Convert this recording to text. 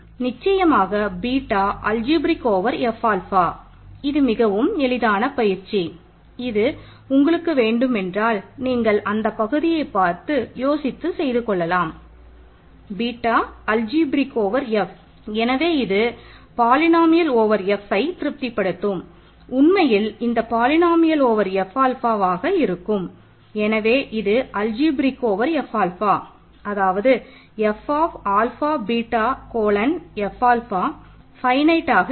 நிச்சயமாக பீட்டா இருக்கும்